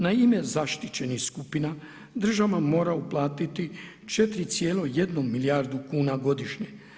Na ime zaštićenih skupina država mora uplatiti 4.1 milijardu kuna godišnje.